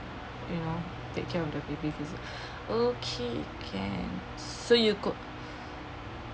you know take care of the baby physical okay can so you could